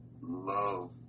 love